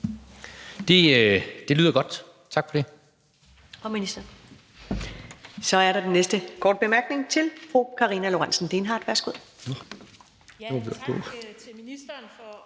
Det lyder godt. Tak for det.